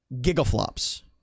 gigaflops